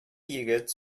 егет